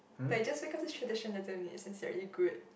like just because it's tradition doesn't mean it's sincerely good